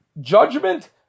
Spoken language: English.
judgment